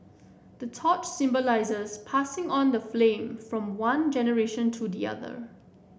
the torch symbolises passing on the flame from one generation to the other